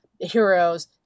heroes